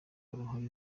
uruhare